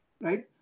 right